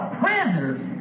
prisoners